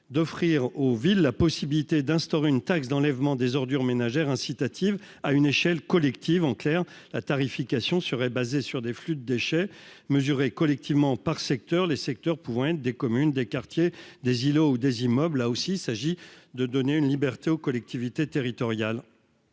à offrir aux villes la possibilité d'instaurer une Teom incitative à une échelle collective. En clair, la tarification serait basée sur des flux de déchets mesurés collectivement par secteur, les secteurs pouvant être des communes, des quartiers, des îlots ou des immeubles. Il s'agit de donner une liberté supplémentaire aux collectivités territoriales.